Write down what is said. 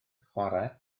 chwarae